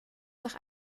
nach